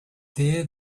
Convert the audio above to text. there